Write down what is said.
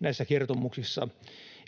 näissä kertomuksissa.